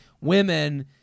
women